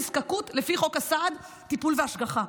נזקקות לפי חוק הסעד (טיפול והשגחה).